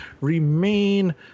remain